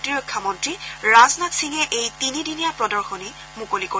প্ৰতিৰক্ষা মন্ত্ৰী ৰাজনাথ সিঙে এই তিনিদিনীয়া প্ৰদশনী মুকলি কৰিব